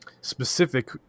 specific